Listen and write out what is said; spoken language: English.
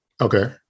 okay